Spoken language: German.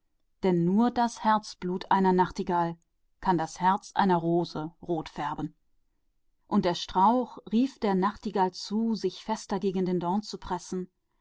denn bloß einer nachtigall herzblut kann das herz einer rose färben und der strauch rief der nachtigall zu daß sie sich fester noch gegen den dorn